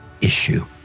issue